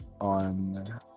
on